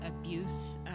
abuse